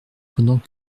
pendant